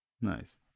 nice